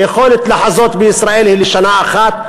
היכולת לחזות בישראל היא לשנה אחת.